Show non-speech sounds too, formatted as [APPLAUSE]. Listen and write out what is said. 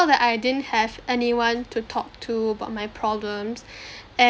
that I didn't have anyone to talk to about my problems [BREATH]